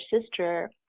sister